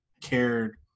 cared